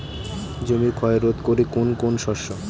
জমির ক্ষয় রোধ করে কোন কোন শস্য?